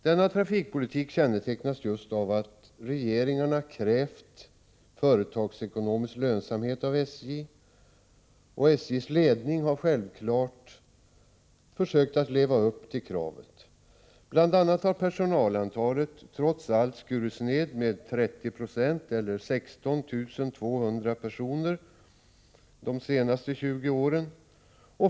Denna trafikpolitik kännetecknas just av att regeringarna krävt företagsekonomisk lönsamhet av SJ, och SJ:s ledning har självfallet försökt leva upp till kravet. Bl.a. har personalantalet trots allt skurits ned med 30 96 eller med 16 200 personer de senaste 20 åren.